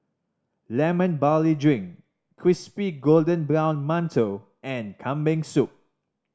Lemon Barley Drink crispy golden brown mantou and Kambing Soup